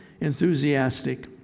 enthusiastic